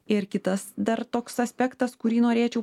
ir kitas dar toks aspektas kurį norėčiau